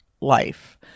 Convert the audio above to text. life